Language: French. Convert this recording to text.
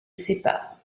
séparent